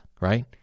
right